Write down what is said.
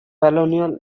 phenol